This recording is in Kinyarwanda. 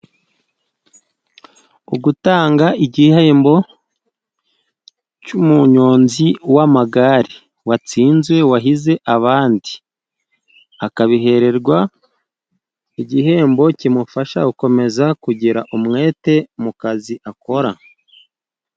Gutanga igihembo cy'umuyonzi w'amagare watsinzwe wahize abandi, akabihererwa igihembo kimufasha gukomeza kugira umwete mu kazi akora.